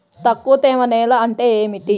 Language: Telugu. తక్కువ తేమ నేల అంటే ఏమిటి?